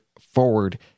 forward